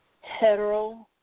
hetero